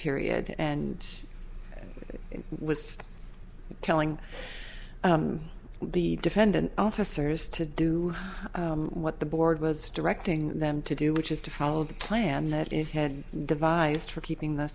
period and was telling the defendant officers to do what the board was directing them to do which is to follow the plan that it had devised for keeping the